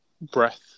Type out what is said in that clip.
breath